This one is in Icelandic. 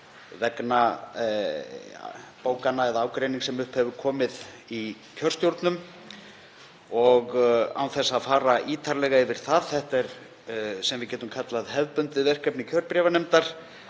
vegna bókana eða ágreinings sem upp hefur komið í kjörstjórnum. Án þess að fara ítarlega yfir það þá er þetta það sem við getum kallað hefðbundið verkefni kjörbréfanefndar